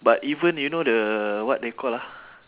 but even you know the what they call ah